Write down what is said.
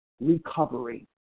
recovery